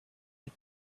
get